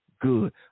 good